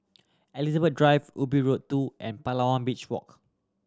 Elizabeth Drive Ubi Road Two and Palawan Beach Walk